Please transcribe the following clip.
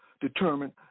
determined